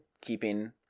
keeping